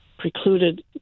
precluded